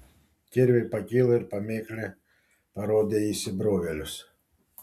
kirviai pakilo ir pamėklė parodė į įsibrovėlius